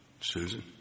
Susan